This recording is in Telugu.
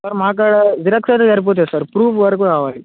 సార్ మాకు జిరక్స్ అయితే సరిపోతాయి సార్ ప్రూఫ్ మటుకు కావాలి